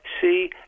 see